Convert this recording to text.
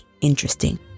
interesting